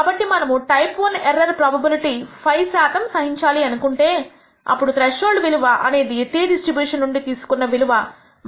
కాబట్టి మనము type I error probability 5 శాతము సహించాలి అనుకుంటే అప్పుడు త్రెష్హోల్డ్ విలువ అనేది t డిస్ట్రిబ్యూషన్ నుండి తీసుకున్న విలువ 1